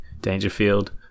Dangerfield